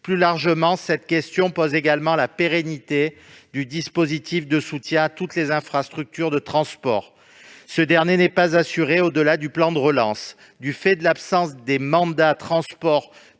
Plus largement, cette question pose également la pérennité du dispositif de soutien à toutes les infrastructures de transport. Ce soutien n'est pas assuré au-delà du plan de relance. Du fait de l'absence des mandats transports